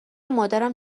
مادرم